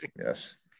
Yes